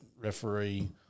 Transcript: referee